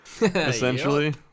essentially